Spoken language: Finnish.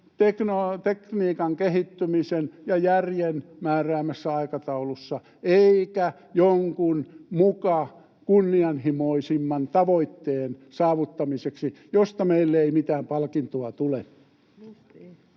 tekniikan kehittymisen ja järjen määräämässä aikataulussa eikä jonkun muka kunnianhimoisemman tavoitteen saavuttamiseksi, josta meille ei mitään palkintoa tule.